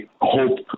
hope